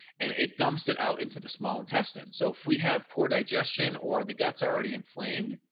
and it dumps it out into the small intestine. so if we have poor digestion or the guts already inflamed,